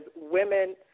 women